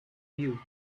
you